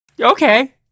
Okay